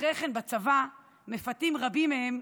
אחרי כן בצבא מפתים רבים מהם,